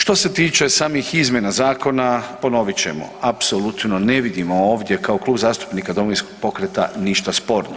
Što se tiče samih izmjena zakona, ponovit ćemo, apsolutno ne vidimo ovdje kao Klub zastupnika Domovinskog pokreta, ništa sporno.